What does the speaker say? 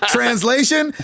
Translation